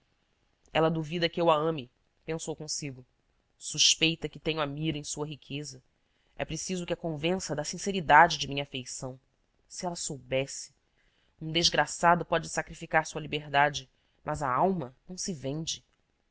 ela duvida que eu a ame pensou consigo suspeita que tenho a mira em sua riqueza é preciso que a convença da sinceridade de minha afeição se ela soubesse um desgraçado pode sacrificar sua liberdade mas a alma não se vende